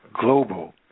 global